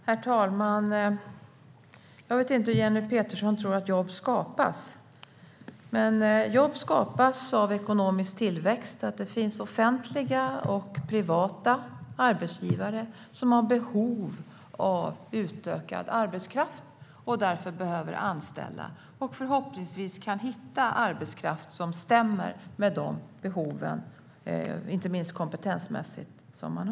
Herr talman! Jag vet inte hur Jenny Petersson tror att jobb skapas. Men jobb skapas av ekonomisk tillväxt - att det finns offentliga och privata arbetsgivare som har behov av utökad arbetskraft och som därför behöver anställa. Förhoppningsvis kan de då hitta arbetskraft som stämmer med de behov som arbetsgivarna har, inte minst kompetensmässigt.